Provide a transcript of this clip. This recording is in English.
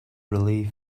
relief